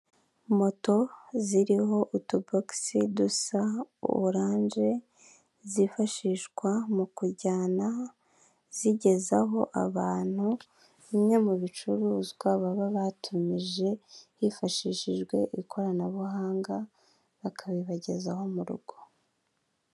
Moto ziriho utubokisi dusa oranje, zifashishwa mu kujyana zigezaho abantu bimwe mu bicuruzwa baba batumije, hifashishijwe ikoranabuhanga, bakabibagezaho mu rugo.